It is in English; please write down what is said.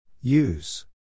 Use